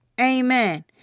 Amen